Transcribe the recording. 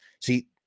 See